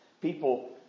People